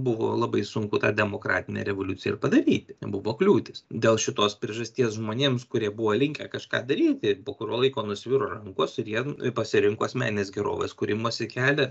buvo labai sunku tą demokratinę revoliuciją ir padaryti ten buvo kliūtis dėl šitos priežasties žmonėms kurie buvo linkę kažką daryti po kurio laiko nusviro rankos ir jie pasirinko asmeninės gerovės kūrimosi kelią